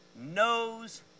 knows